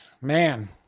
man